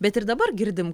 bet ir dabar girdim